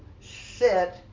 sit